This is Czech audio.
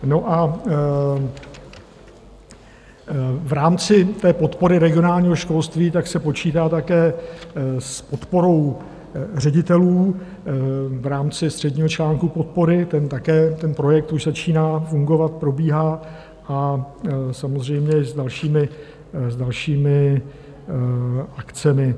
No a v rámci té podpory regionálního školství se počítá také s podporou ředitelů v rámci středního článku podpory, ten také, ten projekt, už začíná fungovat, probíhá a samozřejmě s dalšími akcemi.